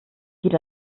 geht